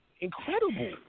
incredible